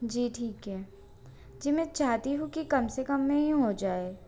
जी ठीक है जी मैं चाहती हूँ कि कम से कम में ही हो जाए